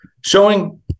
showing